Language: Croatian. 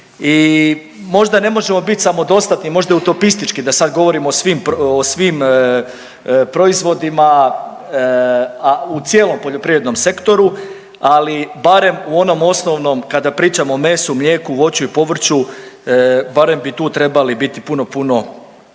i možda ne možemo biti samodostatni, možda je utopistički da sad govorim o svim, o svim proizvodima, a u cijelom poljoprivrednom sektoru ali barem u onom osnovnom kada pričam o mesu, mlijeku, voću i povrću barem bi tu trebali biti puno, puno